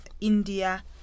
india